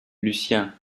lucien